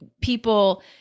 people